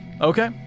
Okay